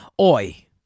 Oi